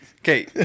Okay